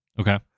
Okay